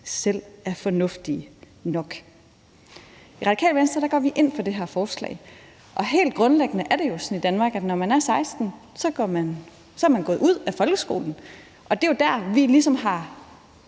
selv er fornuftige nok. I Radikale Venstre går vi ind for det her forslag. Helt grundlæggende er det jo sådan i Danmark, at når man er 16 år, er man gået ud af folkeskolen, og det er jo der, vi ligesom har